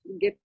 get